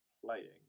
Playing